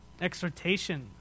exhortation